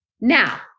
Now